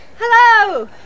Hello